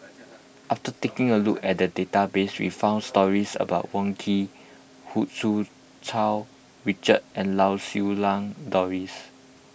after taking a look at the database we found stories about Wong Keen Hu Tsu Tau Richard and Lau Siew Lang Doris